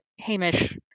Hamish